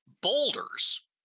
boulders